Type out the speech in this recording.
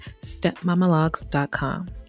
stepmamalogs.com